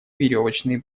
веревочные